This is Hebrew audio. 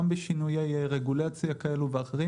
גם בשינויי רגולציה כאלו ואחרים